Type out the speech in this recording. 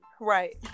Right